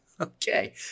Okay